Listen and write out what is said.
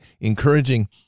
encouraging